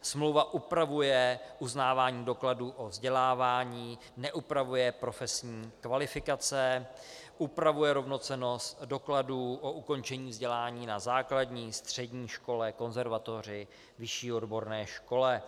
Smlouva upravuje uznávání dokladů o vzdělávání, neupravuje profesní kvalifikace, upravuje rovnocennost dokladů o ukončení vzdělání na základní, střední škole, konzervatoři, vyšší odborné škole.